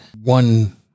one